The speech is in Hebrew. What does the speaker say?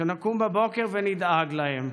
שנקום בבוקר ונדאג להם: